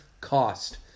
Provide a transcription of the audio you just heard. Cost